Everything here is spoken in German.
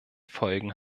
folgen